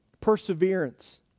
perseverance